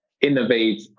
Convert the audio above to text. innovate